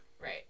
Right